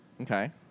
Okay